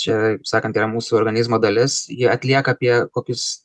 čia kaip sakant yra mūsų organizmo dalis ji atlieka apie kokius